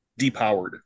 depowered